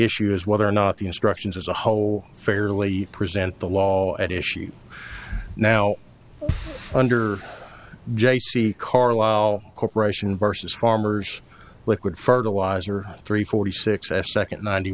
issue is whether or not the instructions as a whole fairly present the law at issue now under j c carlyle corporation versus farmers liquid fertiliser three forty six s second ninety